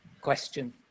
question